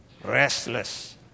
Restless